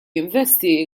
jinvesti